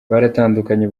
baratandukanye